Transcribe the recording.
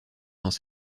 dans